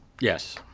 Yes